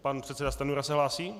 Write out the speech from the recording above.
Pan předseda Stanjura se hlásí?